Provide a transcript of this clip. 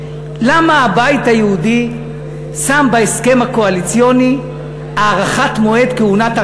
למה הבית היהודי שם בהסכם הקואליציוני הארכת מועד הכהונה של